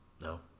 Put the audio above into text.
No